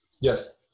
Yes